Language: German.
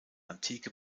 antike